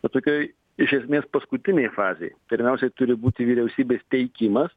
kad tokioj iš esmės paskutinėj fazėj pirmiausiai turi būti vyriausybės teikimas